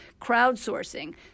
crowdsourcing